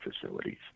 facilities